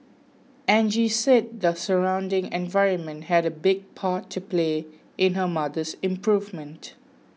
Angie said the surrounding environment had a big part to play in her mother's improvement